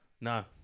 no